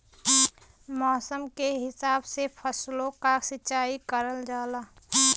मौसम के हिसाब से फसलो क सिंचाई करल जाला